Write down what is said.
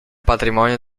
patrimonio